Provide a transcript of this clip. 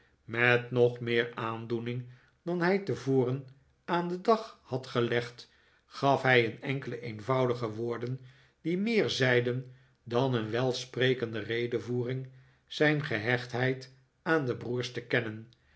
met nog meer aandoening dan hij tevoren aan den dag had gelegd gaf hij in enkele eenvoudige woorden die meer zeiden dan een welsprekende redevoering zijn gehechtheid aan de broers te kennen